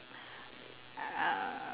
uh